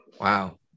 Wow